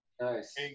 Nice